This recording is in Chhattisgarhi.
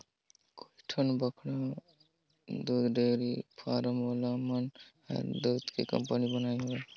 कयोठन बड़खा दूद डेयरी फारम वाला मन हर दूद के कंपनी बनाईंन हें